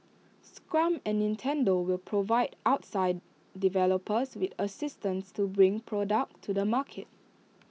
scrum and Nintendo will provide outside developers with assistance to bring products to the market